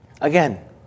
Again